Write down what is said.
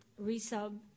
resub